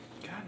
God